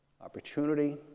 opportunity